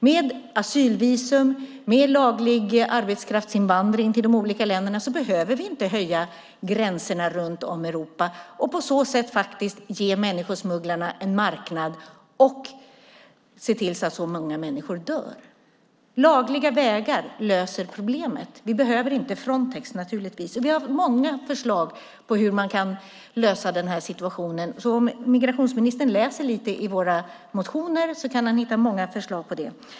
Med asylvisum och laglig arbetskraftsinvandring till de olika länderna behöver vi inte höja gränserna runt om Europa och på så sätt faktiskt ge människosmugglarna en marknad och orsaka att så många människor dör. Lagliga vägar löser problemet. Vi behöver naturligtvis inte Frontex. Vi har haft många förslag på hur man kan lösa upp den här situationen. Om migrationsministern läser lite i våra motioner kan han hitta många förslag till det.